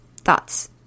thoughts